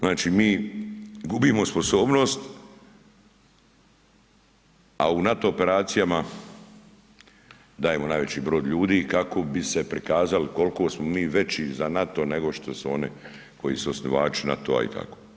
Znači mi gubimo sposobnost, a u NATO operacijama dajemo najveći broj ljudi kako bi se prikazali koliko smo mi veći za NATO nego što su oni koji su osnivači NATO-a i tako.